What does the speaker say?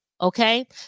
okay